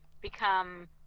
become